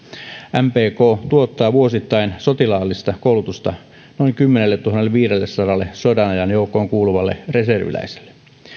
mpk tuottaa vuosittain sotilaallista koulutusta noin kymmenelletuhannelleviidellesadalle sodanajan joukkoon kuuluvalle reserviläiselle